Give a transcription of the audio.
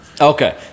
Okay